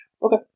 Okay